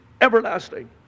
everlasting